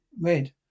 red